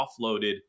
offloaded